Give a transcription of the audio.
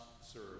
serve